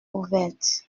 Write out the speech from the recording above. ouverte